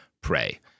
pray